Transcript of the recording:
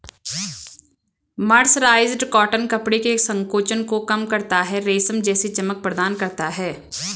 mercerised cotton कपड़े के संकोचन को कम करता है, रेशम जैसी चमक प्रदान करता है